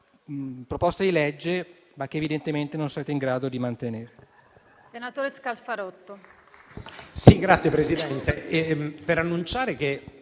proposta di legge, che però evidentemente non sarà in grado di mantenere.